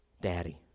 Daddy